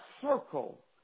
circle